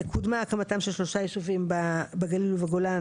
קודמה הקמתם של שלושה ישובים בגליל ובגולן,